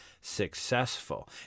successful